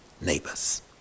neighbors